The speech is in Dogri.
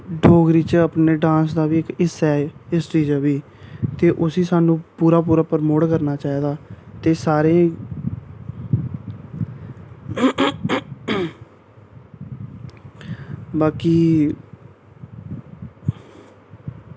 डोगरी च अपने डांस दा बी इक हिस्सा ऐ हिस्टरी च बी ते उसी सानू पूरा पूरा प्रमोट करना चाहिदा ते सारे बाकी